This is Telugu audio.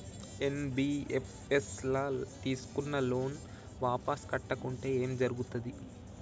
ఎన్.బి.ఎఫ్.ఎస్ ల తీస్కున్న లోన్ వాపస్ కట్టకుంటే ఏం జర్గుతది?